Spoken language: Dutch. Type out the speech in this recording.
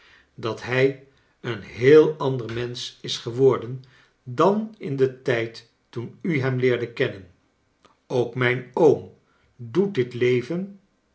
dat hij een heel ander mensch is geworden dan in den tijd toen u hem leerde kennen ook mijn oom doet dit leven